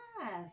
Yes